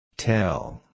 Tell